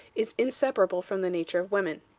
is inseparable from the nature of woman.